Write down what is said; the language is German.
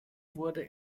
wurde